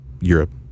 Europe